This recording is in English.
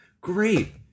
great